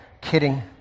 kidding